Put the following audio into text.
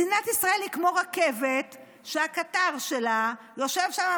מדינת ישראל היא כמו רכבת שהקטר שלה יושב שם,